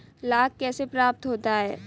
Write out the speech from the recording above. लाख कैसे प्राप्त होता है?